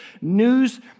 news